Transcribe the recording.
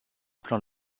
plan